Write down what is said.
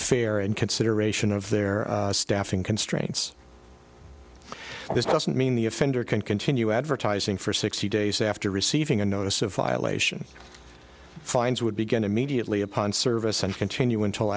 fair and consideration of their staffing constraints this doesn't mean the offender can continue advertising for sixty days after receiving a notice of violations fines would begin immediately upon service and continue until